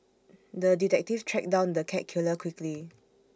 the detective tracked down the cat killer quickly